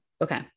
Okay